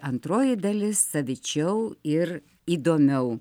antroji dalis savičiau ir įdomiau